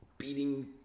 Beating